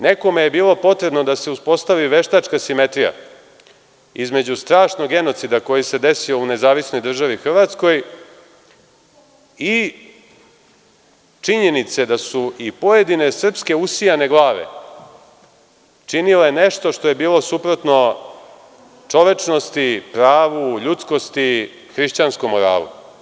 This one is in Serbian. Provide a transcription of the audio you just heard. Nekome je bilo potrebno da se uspostavi veštačka simetrija između strašnog genocida koji se desio u Nezavisnoj državi Hrvatskoj i činjenice da su i pojedine srpske usijane glave činile nešto što je bilo suprotno čovečnosti, pravu, ljudskosti, hrišćanskom moralu.